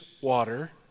water